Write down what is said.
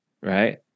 right